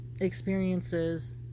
experiences